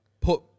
put